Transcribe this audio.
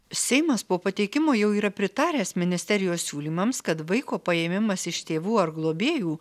seimas po pateikimo jau yra pritaręs ministerijos siūlymams kad vaiko paėmimas iš tėvų ar globėjų